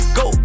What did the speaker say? go